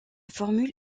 formule